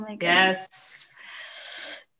Yes